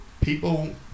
people